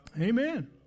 Amen